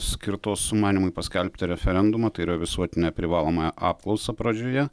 skirtos sumanymui paskelbti referendumą tai yra visuotinę privalomąją apklausą pradžioje